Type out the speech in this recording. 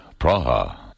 Praha